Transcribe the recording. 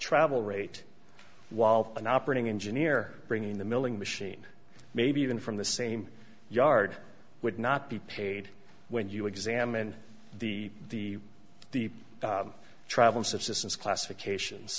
travel rate while an operating engineer bringing the milling machine maybe even from the same yard would not be paid when you examine the the travel subsistence classifications